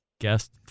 Guest